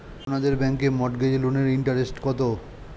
আপনাদের ব্যাংকে মর্টগেজ লোনের ইন্টারেস্ট কত?